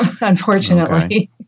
unfortunately